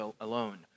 alone